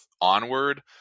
onward